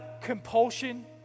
compulsion